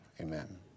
Amen